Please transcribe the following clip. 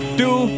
two